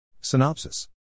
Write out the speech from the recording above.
Synopsis